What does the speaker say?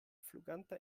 fluganta